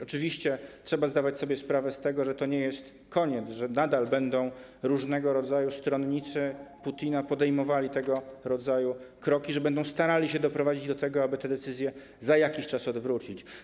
Oczywiście trzeba zdawać sobie sprawę z tego, że to nie jest koniec, że nadal różnego rodzaju stronnicy Putina będą podejmowali tego rodzaju kroki, że będą starali się doprowadzić do tego, aby te decyzje za jakiś czas odwrócić.